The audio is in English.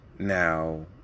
Now